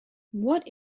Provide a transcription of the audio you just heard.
what